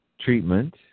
treatment